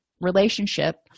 relationship